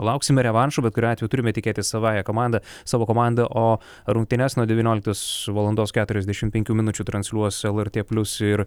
lauksime revanšo bet kuriuo atveju turime tikėti savąja komanda savo komanda o rungtynes nuo devynioliktos valandos keturiasdešimt penkių minučių transliuos lrt plius ir